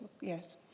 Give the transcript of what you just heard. Yes